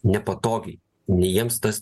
nepatogiai nei jiems tas